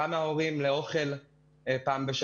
מדינת ישראל נדרשה לסוגיית הנטל על העסקים כבר ב-2007 והחלה